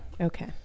Okay